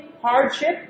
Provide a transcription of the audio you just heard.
hardship